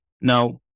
Now